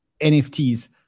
NFTs